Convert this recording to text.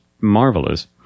Marvelous